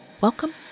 Welcome